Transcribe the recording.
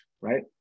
right